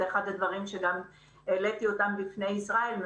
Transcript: זה אחד הדברים שהעליתי בפני ישראל וייס,